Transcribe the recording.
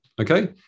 Okay